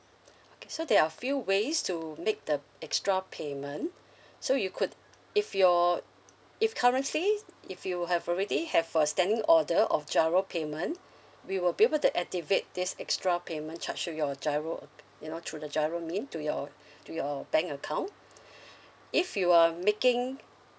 okay so there are a few ways to make the extra payment so you could if your if currently if you have already have a standing order of G_I_R_O payment we will be able to activate this extra payment charge to your G_I_R_O acc~ you know through the G_I_R_O name to your to your bank account if you are making